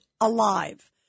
alive